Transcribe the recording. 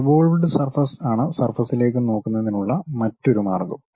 revolved surface ആണ് സർഫസിലേക്ക് നോക്കുന്നതിനുള്ള മറ്റൊരു മാർഗം